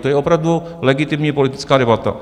To je opravdu legitimní politická debata.